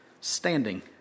standing